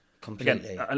Completely